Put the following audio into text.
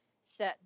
set